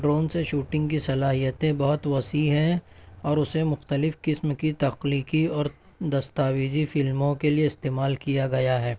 drone سے shooting کی صلاحیتیں بہت وسیع ہیں اور اسے مختلف قسم کی تخلیقی اور دستاویزی فلموں کے لئے استعمال کیا گیا ہے